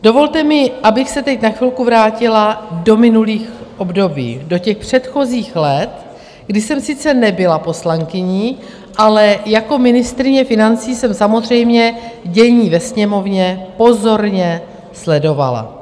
Dovolte mi, abych se teď na chvilku vrátila do minulých období, do těch předchozích let, kdy jsem sice nebyla poslankyní, ale jako ministryně financí jsem samozřejmě dění ve Sněmovně pozorně sledovala.